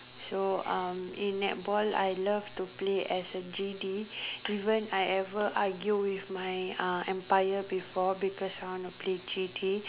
so uh in netball I love to play as a G_D even I ever argue with my uh umpire before because I want to play G_D